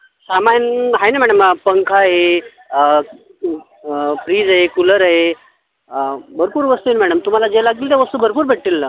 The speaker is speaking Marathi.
सामान आहे ना मॅडम पंखा आहे फ्रीज आहे कूलर आहे भरपूर वस्तू आहेत मॅडम तुम्हाला जे लागतील त्या वस्तू भरपूर भेटतील ना